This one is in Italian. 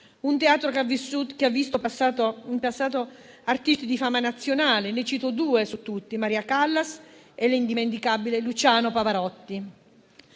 Un teatro che ha visto in passato artisti di fama nazionale. Ne cito due su tutti: Maria Callas e l'indimenticabile Luciano Pavarotti.